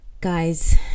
guys